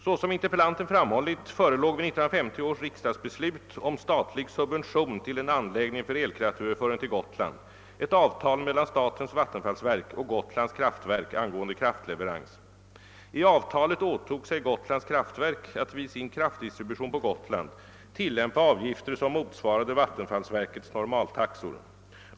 Såsom interpellanten framhållit förelåg vid 1950 års riksdagsbeslut om statlig subvention till en anläggning för elkraftöverföring till Gotland ett avtal mellan statens vattenfallsverk och Gotlands kraftverk angående kraftleverans. I avtalet åtog sig Gotlands kraftverk att vid sin kraftdistribution på Gotland tillämpa avgifter som motsvarade vattenfallsverkets normaltaxor.